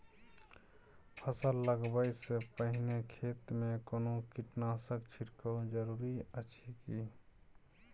फसल लगबै से पहिने खेत मे कोनो कीटनासक छिरकाव जरूरी अछि की?